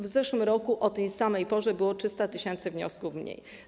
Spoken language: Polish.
W zeszłym roku o tej samej porze było 300 tys. wniosków mniej.